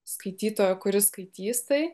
skaitytojo kuris skaitys tai